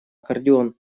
аккордеон